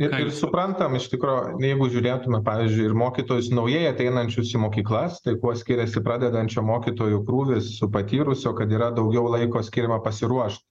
ir suprantame iš tikro jeigu žiūrėtume pavyzdžiui ir mokytojus naujai ateinančius į mokyklas tai kuo skiriasi pradedančio mokytojo krūvis su patyrusio kad yra daugiau laiko skiriama pasiruošt